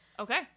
Okay